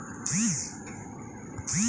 apple এক ধরনের পুষ্টিকর ফল যেটা পাহাড়ি অঞ্চলে হয়